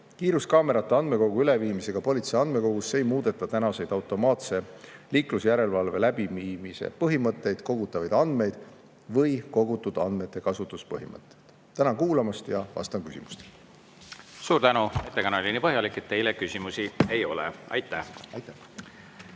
Kiiruskaamerate andmekogu üleviimisega politsei andmekogusse ei muudeta automaatse liiklusjärelevalve läbiviimise põhimõtteid, kogutavaid andmeid ega kogutud andmete kasutamise põhimõtet. Tänan kuulamast ja vastan küsimustele! Suur tänu! Ettekanne oli nii põhjalik, et teile küsimusi ei ole.